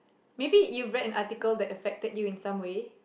maybe you read an article that affected you in some way